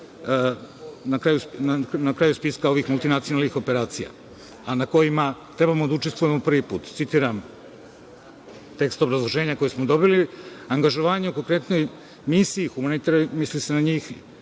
na kraju spiska ovih multinacionalnih operacija, a na kojima trebamo da učestvujemo prvi put. Citiram tekst obrazloženja koje smo dobili – angažovanje, konkretnije, u misiji humanitarnoj, misli se na njih,